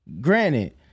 Granted